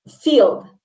field